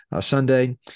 Sunday